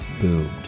boomed